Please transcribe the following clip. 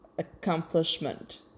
accomplishment